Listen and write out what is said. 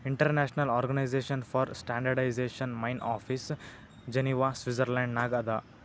international organization for standardization main office Geneva Switzerland ನಾಗ್ ಅದಾ